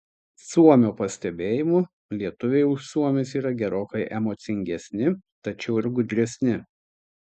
suomio pastebėjimu lietuviai už suomius yra gerokai emocingesni tačiau ir gudresni